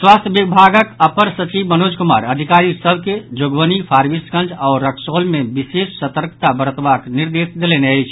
स्वास्थ्य विभागक अपर सचिव मनोज कुमार अधिकारी सभ के जोगबनी फारबिसगंज आओर रक्सौल मे विशेष सतर्कता बरतबाक निर्देश देलनि अछि